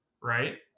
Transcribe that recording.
right